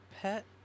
pet